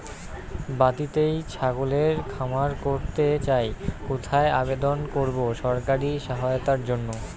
বাতিতেই ছাগলের খামার করতে চাই কোথায় আবেদন করব সরকারি সহায়তার জন্য?